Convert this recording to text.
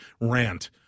rant